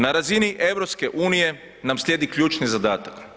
Na razini EU nam slijedi ključni zadatak.